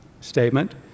statement